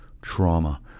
trauma